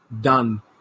done